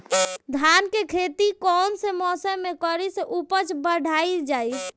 धान के खेती कौन मौसम में करे से उपज बढ़ाईल जाई?